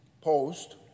post